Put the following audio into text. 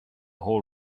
whole